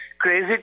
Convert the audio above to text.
crazy